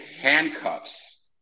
handcuffs